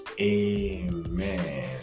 Amen